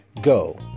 Go